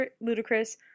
ludicrous